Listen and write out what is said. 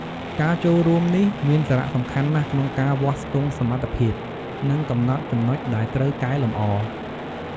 ការចូលរួមនេះមានសារៈសំខាន់ណាស់ក្នុងការវាស់ស្ទង់សមត្ថភាព និងកំណត់ចំណុចដែលត្រូវកែលម្អ។